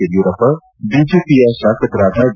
ಯಡಿಯೂರಪ್ಪ ಬಿಜೆಪಿಯ ತಾಸಕರಾದ ವಿ